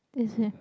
is it